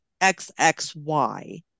xxy